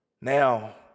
Now